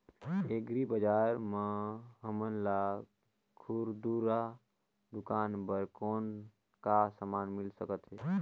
Agri बजार म हमन ला खुरदुरा दुकान बर कौन का समान मिल सकत हे?